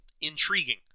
Intriguing